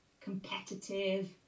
competitive